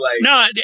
No